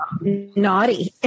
Naughty